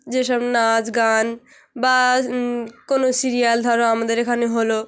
যেসব নাচ গান বা কোনো সিরিয়াল ধরো আমাদের এখানে হলো